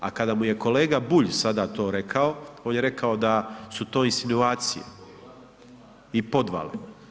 A kada mu je kolega Bulj sada to rekao on je rekao da su to insinuacije i podvale.